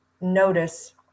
notice